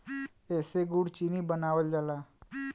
एसे गुड़ चीनी बनावल जाला